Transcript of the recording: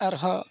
ᱟᱨᱦᱚᱸ